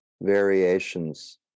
variations